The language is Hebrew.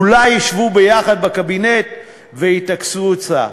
אולי ישבו ביחד בקבינט ויטכסו עצה.